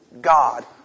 God